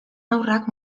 haurrak